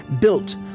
built